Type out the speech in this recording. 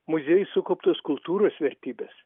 muziejuj sukauptos kultūros vertybės